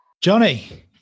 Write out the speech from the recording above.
Johnny